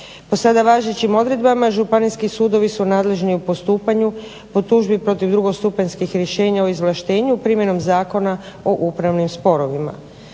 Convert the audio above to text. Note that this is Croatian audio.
Po sada važećim odredbama županijski sudovi su nadležni u postupanju po tužbi protiv drugostupanjskih rješenja o izvlaštenju primjenom Zakona o upravnim sporovima.